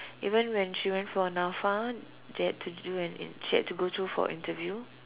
even when she went for Nafa they had to do an an she had to go through for interview